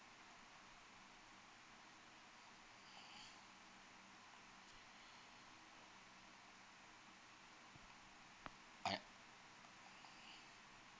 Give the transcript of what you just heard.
I